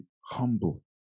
humble